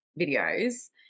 videos